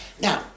Now